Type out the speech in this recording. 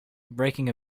breaking